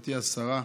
גברתי השרה,